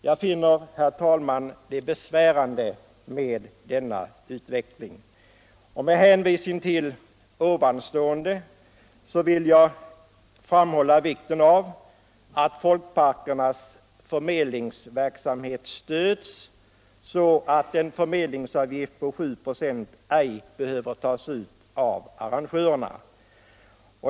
Jag finner det, herr talman, besvärande med denna utveckling. Med hänvisning till det anförda vill jag framhålla vikten av att folkparkernas förmedlingsverksamhet stöds så att en förmedlingsavgift på 796 ej behöver tas ut av arrangörerna.